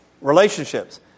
Relationships